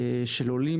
של עולים,